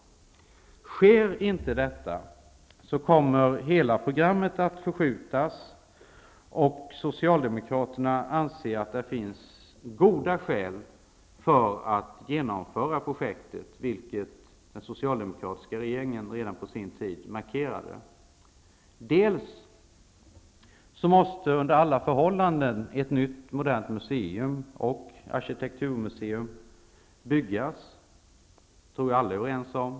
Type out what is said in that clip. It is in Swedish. Sker inte detta, kommer hela programmet att förskjutas. Socialdemokraterna anser att det finns goda skäl för att genomföra projektet, vilket den socialdemokratiska regeringen redan på sin tid markerade. Under alla förhållanden måste ett nytt, modernt museum och ett arkitekturmuseum byggas -- det tror jag att alla är överens om.